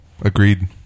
Agreed